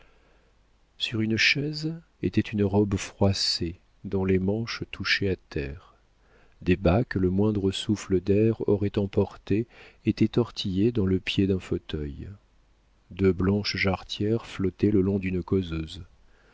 sur une chaise était une robe froissée dont les manches touchaient à terre des bas que le moindre souffle d'air aurait emportés étaient tortillés dans le pied d'un fauteuil de blanches jarretières flottaient le long d'une causeuse